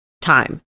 time